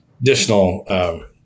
additional